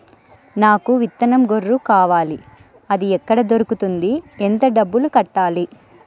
నాకు విత్తనం గొర్రు కావాలి? అది ఎక్కడ దొరుకుతుంది? ఎంత డబ్బులు కట్టాలి?